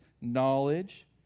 knowledge